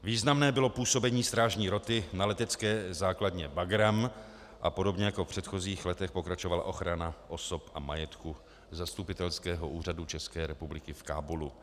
Významné bylo působení strážní roty na letecké základně Bagrám a podobně jako v předchozích letech pokračovala ochrana osob a majetku zastupitelského úřadu České republiky v Kábulu.